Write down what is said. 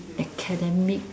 academic